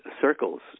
circles